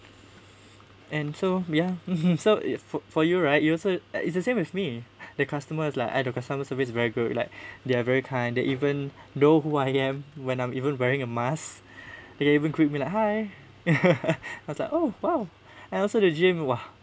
and so ya if for for you right you also like it's the same with me their customer is like and the customer service is very good like they are very kind and they even know who I am when I'm even wearing a mask they can even greet me like hi I was like oh !wow! and also the gym !wah!